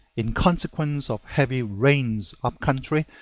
in consequence of heavy rains up-country,